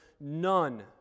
none